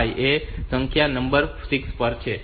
5 એ bit number 6 પર છે